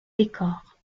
décor